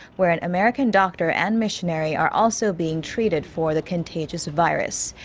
where an american doctor and missionary are also being treated for the contagious virus.